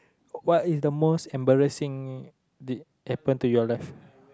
what is the most embarrassing did happen to your life